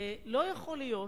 לא יכול להיות